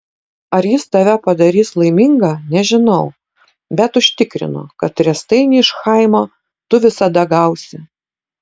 ar jis tave padarys laimingą nežinau bet užtikrinu kad riestainį iš chaimo tu visada gausi